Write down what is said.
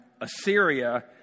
Assyria